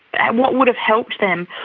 what would have helped them,